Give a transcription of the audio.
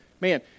man